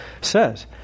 says